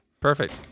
Perfect